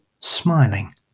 smiling